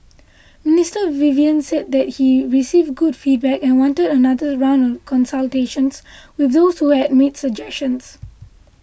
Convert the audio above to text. Mister Vivian said that he received good feedback and wanted another round of consultations with those who had made suggestions